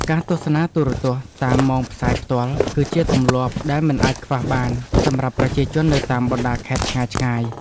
ការទស្សនាទូរទស្សន៍តាមម៉ោងផ្សាយផ្ទាល់ គឺជាទម្លាប់ដែលមិនអាចខ្វះបានសម្រាប់ប្រជាជននៅតាមបណ្តាខេត្តឆ្ងាយៗ។